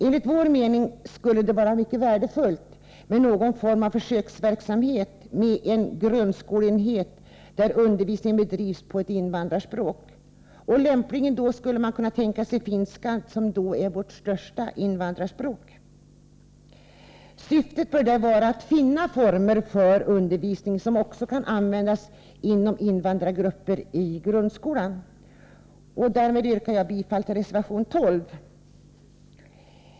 Enligt vår mening skulle det vara mycket värdefullt med någon form av försöksverksamhet med en grundskoleenhet, där undervisningen bedrevs på ett invandrarspråk, lämpligen då på finska som är vårt största invandrarspråk. Syftet bör där vara att finna former för undervisningen som kan användas även inom invandrargrupperna i grundskolan. Jag yrkar därmed bifall till reservation 12.